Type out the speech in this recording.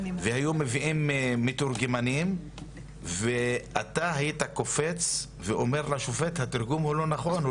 כשהיו מביאים מתורגמנים הייתי קופץ ואומר לשופט שהתרגום לא נכון,